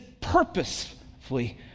purposefully